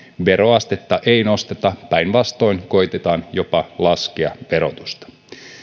veroastetta ei nosteta päinvastoin koetetaan jopa laskea verotusta